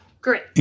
Great